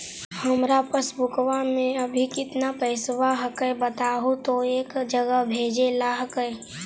हमार पासबुकवा में अभी कितना पैसावा हक्काई बताहु तो एक जगह भेजेला हक्कई?